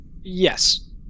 Yes